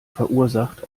verursacht